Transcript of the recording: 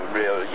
real